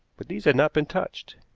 but these had not been touched.